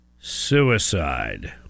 suicide